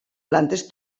plantes